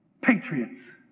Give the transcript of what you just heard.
patriots